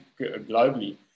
globally